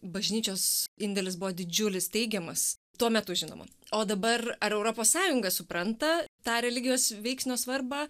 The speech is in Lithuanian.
bažnyčios indėlis buvo didžiulis teigiamas tuo metu žinoma o dabar ar europos sąjunga supranta tą religijos veiksnio svarbą